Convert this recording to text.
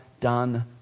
done